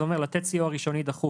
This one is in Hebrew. זה "לתת סיוע ראשוני דחוף,